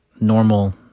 normal